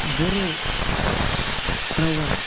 बर' रावा